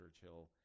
Churchill